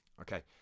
okay